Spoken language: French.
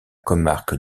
comarque